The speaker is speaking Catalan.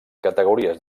categories